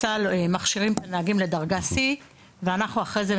בצה"ל מכשירים את הנהגים לדרגה C ואחרי זה הם